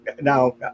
now